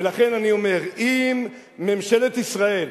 ולכן אני אומר, אם ממשלת ישראל,